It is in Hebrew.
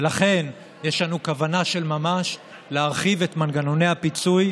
ולכן יש לנו כוונה של ממש להרחיב את מנגנוני הפיצוי,